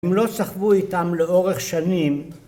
‫הם לא סחבו איתם לאורך שנים...